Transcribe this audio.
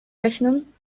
rechnen